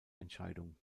entscheidung